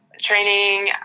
training